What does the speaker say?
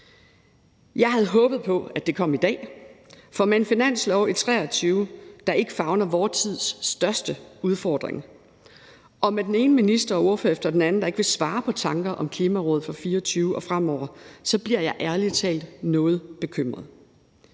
Jeg havde håbet på, at det kom i dag, for med en finanslov i 2023, der ikke favner vor tids største udfordring, og med den ene minister og ordfører efter den anden, der ikke vil svare på tankerne om Klimarådet for 2024 og fremover, bliver jeg ærlig talt noget bekymret.